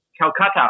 Calcutta